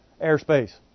airspace